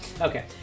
Okay